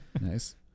Nice